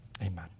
Amen